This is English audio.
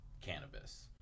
cannabis